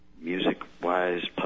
music-wise